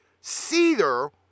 Cedar